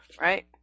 right